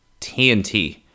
TNT